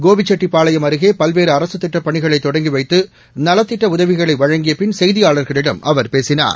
கோபிசெட்டிப்பாளையம் அருகே பல்வேறு அரசு திட்டப் பணிகளை தொடங்கி வைத்து நலத்திட்ட உதவிகளை வழங்கிய பின் செய்தியாளர்களிடம் அவர் பேசினார்